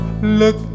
Look